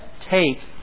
take